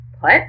put